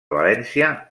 valència